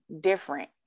different